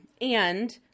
And-